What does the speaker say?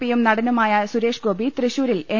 പിയും നടനുമായ സുരേഷ്ഗോപി തൃശൂരിൽ എൻ